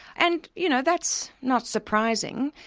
and you know that's not surprising.